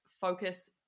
focus